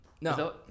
No